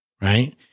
right